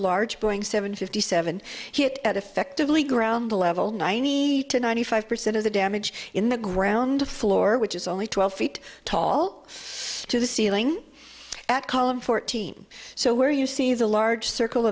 large boeing seven fifty seven hit at effectively ground level ninety to ninety five percent of the damage in the ground floor which is only twelve feet tall to the ceiling at column fourteen so where you see the large circle